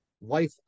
life